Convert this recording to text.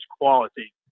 quality